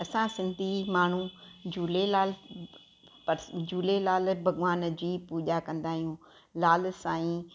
असां सिंधी माण्हू झूलेलाल बसि झूलेलाल भॻवान जी पूजा कंदा आहियूं लाल साईं